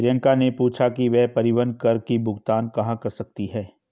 प्रियंका ने पूछा कि वह परिवहन कर की भुगतान कहाँ कर सकती है?